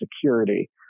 security